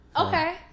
Okay